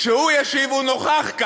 גברתי היושבת-ראש, מה כתוב?